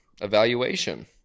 evaluation